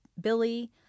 Billy